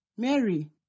Mary